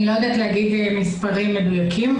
אני לא יכולה לתת מספרים מדויקים.